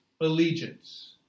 allegiance